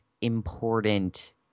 important